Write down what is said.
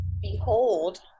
behold